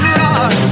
rock